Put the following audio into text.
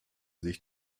sich